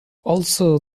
also